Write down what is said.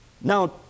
Now